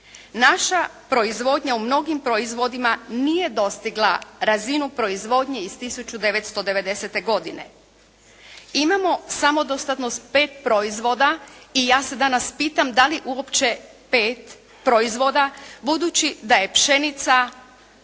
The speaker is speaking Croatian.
Naša proizvodnja u mnogim proizvodima nije dostigla razinu proizvodnje iz 1990. godine. Imamo samo dostatnost 5 proizvoda i ja se danas pitam da li uopće pet proizvoda budući da je pšenica